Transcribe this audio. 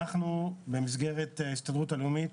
במסגרת ההסתדרות הלאומית